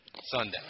Sunday